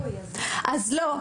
אז לא,